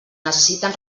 necessiten